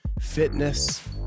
fitness